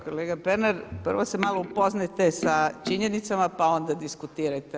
Kolega Pernar, prvo se malo upoznajte sa činjenicama pa onda diskutirajte.